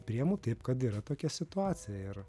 priėmu taip kad yra tokia situacija ir